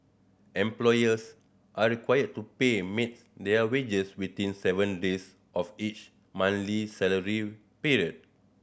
employers are required to pay maids their wages within seven days of each monthly salary period